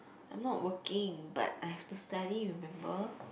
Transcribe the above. I'm not working but I have to study remember